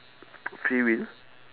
free will